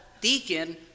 deacon